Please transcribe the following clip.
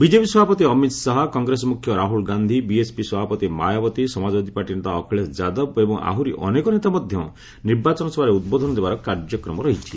BJP ସଭାପତି ଅମିତ ଶାହା କଂଗ୍ରେସ ମୁଖ୍ୟ Rahul Gandhi BSP ସଭାପତି ମାୟାବତୀ ସମାଜବାଦୀ ପାର୍ଟି ନେତା ଅଖିଳେଶ ଯାଦବ ଏବଂ ଆହୁରି ଅନେକ କେତେକ ନେତା ମଧ୍ୟ ନିର୍ବାଚନ ସଭାରେ ଉଦ୍ବୋଧନ ଦେବାର କାର୍ଯ୍ୟକ୍ମ ରହିଛି